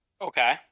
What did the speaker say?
Okay